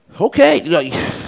okay